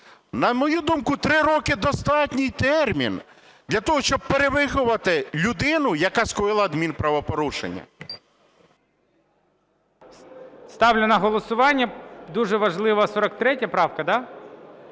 На мою думку, три роки – достатній термін для того, щоб перевиховати людину, яка скоїла адмінправопорушення. ГОЛОВУЮЧИЙ. Ставлю на голосування, дуже важлива 43 правка. Да?